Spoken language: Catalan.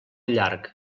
llarg